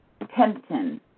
Tempton